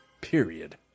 Period